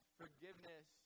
forgiveness